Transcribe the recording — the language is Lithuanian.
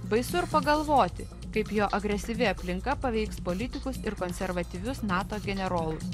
baisu ir pagalvoti kaip jo agresyvi aplinka paveiks politikus ir konservatyvius nato generolus